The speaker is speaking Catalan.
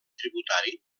tributari